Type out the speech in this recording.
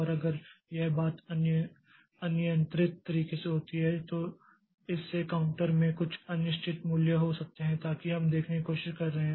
और अगर यह बात अनियंत्रित तरीके से होती है तो इससे काउंटर में कुछ अनिश्चित मूल्य हो सकते हैं ताकि हम देखने की कोशिश कर रहे हैं